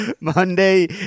monday